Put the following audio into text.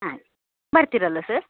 ಆಯ್ತು ಬರ್ತೀರಲ್ಲಾ ಸರ್